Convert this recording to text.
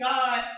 God